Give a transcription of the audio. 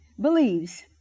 Believes